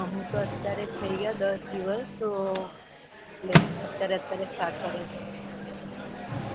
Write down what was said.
હું તો અત્યારે થઈ ગયા દસ દિવસ તો એટલે અત્યારે અત્યારે સ્ટાર્ટ કર્યા છે